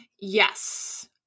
Yes